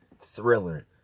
thriller